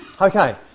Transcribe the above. Okay